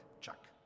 Chuck